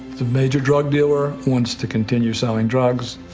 the major drug dealer wants to continue selling drugs.